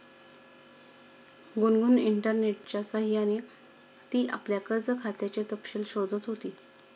गुनगुन इंटरनेटच्या सह्याने ती आपल्या कर्ज खात्याचे तपशील शोधत होती